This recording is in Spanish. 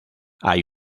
hay